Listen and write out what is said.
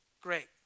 great